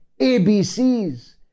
ABCs